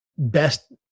best